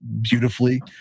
beautifully